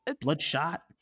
Bloodshot